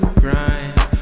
grind